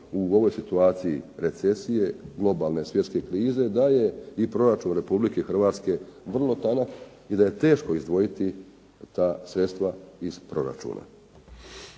u ovoj situaciji recesije, globalne svjetske krize da je i proračun Republike Hrvatske vrlo tanak i da je teško izdvojiti ta sredstva iz proračuna.